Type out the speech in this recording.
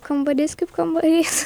kambarys kaip kambarys